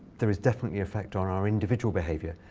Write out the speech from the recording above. there is definitely effect on our individual behavior.